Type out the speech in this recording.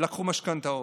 לקחו משכנתאות.